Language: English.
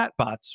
chatbots